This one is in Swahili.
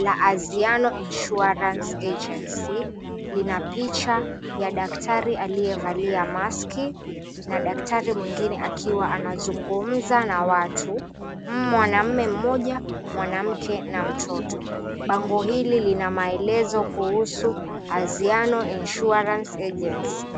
la Anziano Insurance Agency lina picha ya daktari aliyevalia maski na daktari mwengine akiwa anazungumza na watu, mwanaume mmoja, mwanamke na mtoto. Bango hili lina maelezo kuhusu Anziano Insurance Agency.